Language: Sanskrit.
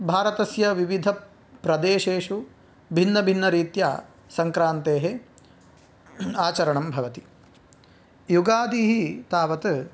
भारतस्य विविधप्रदेशेषु भिन्न भिन्न रीत्या सङ्क्रान्तेः आचरणं भवति युगादिः तावत्